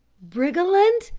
briggerland?